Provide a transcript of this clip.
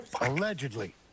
Allegedly